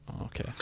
Okay